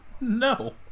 No